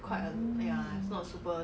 mm